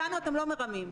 אותנו אתם לא מרמים.